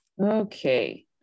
Okay